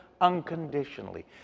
unconditionally